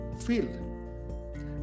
field